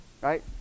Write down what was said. right